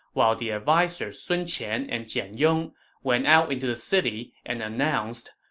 while the advisers sun qian and jian yong went out into the city and announced,